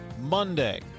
Monday